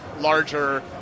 larger